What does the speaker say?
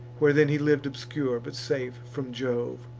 where then he liv'd obscure, but safe from jove.